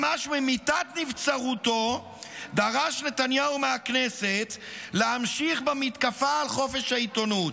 ממש ממיטת נבצרותו דרש נתניהו מהכנסת להמשיך במתקפה על חופש העיתונות.